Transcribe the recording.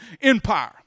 Empire